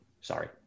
Sorry